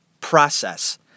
process